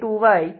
1